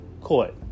court